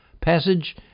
passage